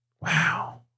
Wow